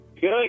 Good